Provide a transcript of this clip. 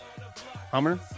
Hummer